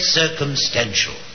circumstantial